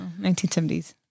1970s